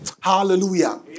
Hallelujah